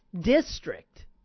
district